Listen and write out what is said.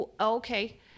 okay